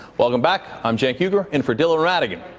welcome back, i'm cenk uygur in for dylan ratigan.